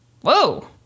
whoa